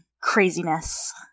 craziness